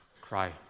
cry